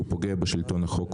הוא פוגע בשלטון החוק,